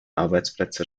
arbeitsplätze